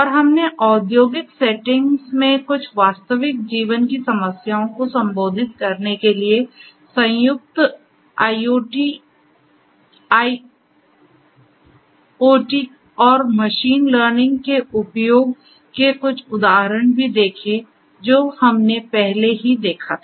और हमने औद्योगिक सेटिंग्स में कुछ वास्तविक जीवन की समस्याओं को संबोधित करने के लिए संयुक्त आईओटीटी और मशीन लर्निंग के उपयोग के कुछ उदाहरण भी देखे हैं जो हमने पहले ही देखा था